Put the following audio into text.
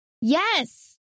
Yes